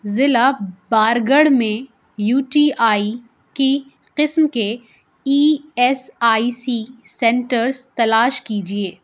ضلع بارگڑھ میں U T I کی قسم کے E S I C centres تلاش کیجیے